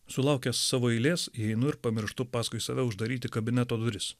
sulaukęs savo eilės einu ir pamirštu paskui save uždaryti kabineto duris